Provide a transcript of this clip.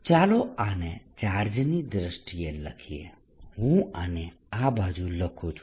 E14π04π3r3r×4πr2ρdr4π3020Rr4dr4π302R55 ચાલો આને ચાર્જની દ્રષ્ટિએ લખીએ હું આને આ બાજુ લખું છું